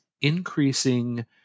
increasing